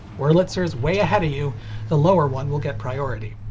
wurlitzer's way ahead of you the lower one will get priority.